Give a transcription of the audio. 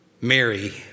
Mary